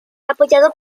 apoyado